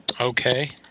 Okay